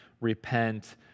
repent